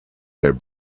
their